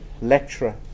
lecturer